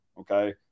okay